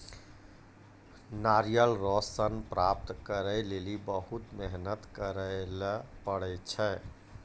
नारियल रो सन प्राप्त करै लेली बहुत मेहनत करै ले पड़ै छै